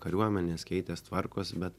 kariuomenės keitės tvarkos bet